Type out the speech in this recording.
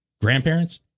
Grandparents